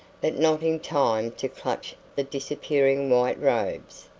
but not in time to clutch the disappearing white robes.